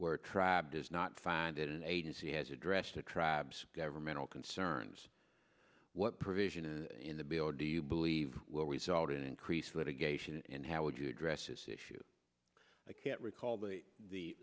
where tribe does not find it an agency has addressed the tribes governmental concerns what provision in the bill do you believe will result in increased litigation and how would you address this issue i can't recall but the